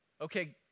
okay